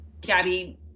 Gabby